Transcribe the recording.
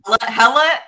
Hella